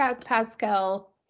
Pascal